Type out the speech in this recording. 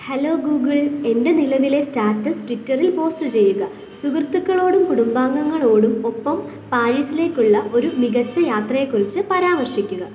hello Google എൻ്റെ നിലവിലെ status ട്വിറ്ററിൽ പോസ്റ്റ് ചെയ്യുക സുഹൃത്തുക്കളോടും കുടുംബാംഗങ്ങളോടും ഒപ്പം പാരീസിലേക്കുള്ള ഒരു മികച്ച യാത്രയെക്കുറിച്ച് പരാമർശിക്കുക